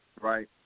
Right